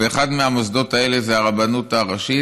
ואחד מהמוסדות האלה זה הרבנות הראשית,